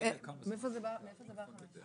מאיפה בא התקופה של חמש שנים?